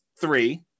three